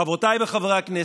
חברותיי וחברי הכנסת,